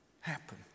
happen